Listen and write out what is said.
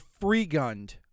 free-gunned